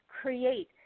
create